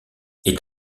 est